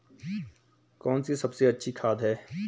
कौन सी सबसे अच्छी खाद है?